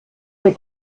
der